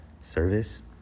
service